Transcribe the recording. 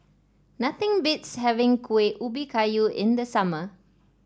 nothing beats having Kuih Ubi Kayu in the summer